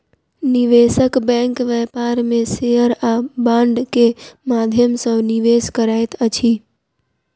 निवेशक बैंक व्यापार में शेयर आ बांड के माध्यम सॅ निवेश करैत अछि